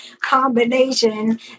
combination